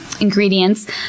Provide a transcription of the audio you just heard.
ingredients